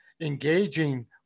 engaging